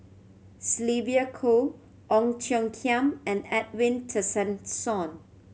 Sylvia Kho Ong Tiong Khiam and Edwin Tessensohn